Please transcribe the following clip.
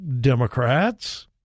Democrats